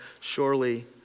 Surely